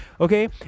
Okay